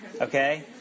Okay